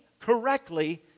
correctly